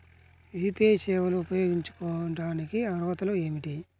UPI సేవలు ఉపయోగించుకోటానికి అర్హతలు ఏమిటీ?